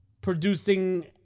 producing